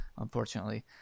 unfortunately